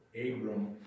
Abram